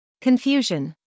Confusion